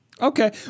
Okay